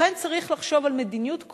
לכן צריך לחשוב על מדיניות כוללת,